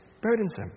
burdensome